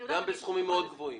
גם בסכומים מאוד גבוהים.